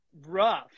rough